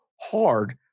hard